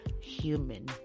human